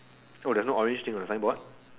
oh there's no orange thing on the signboard